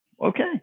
Okay